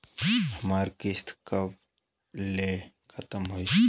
हमार किस्त कब ले खतम होई?